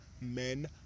men